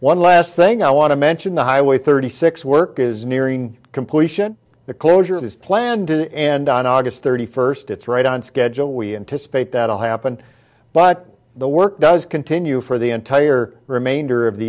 one last thing i want to mention the highway thirty six work is nearing completion the closure of is planned to end on august thirty first it's right on schedule we anticipate that will happen but the work does continue for the entire remainder of the